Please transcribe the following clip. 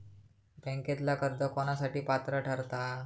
बँकेतला कर्ज कोणासाठी पात्र ठरता?